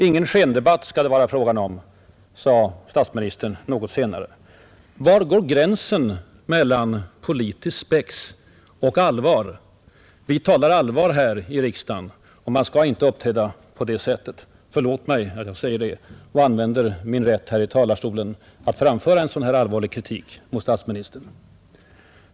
Ingen ”skendebatt” skall det vara fråga om, sade statsministern något senare, Var går gränsen mellan politiskt spex och allvar? Vi talar allvar här i riksdagen. Man får inte uppträda på det sätt herr Palme gjorde. Förlåt mig att jag använder min rätt att framföra en så allvarlig kritik mot statsministern!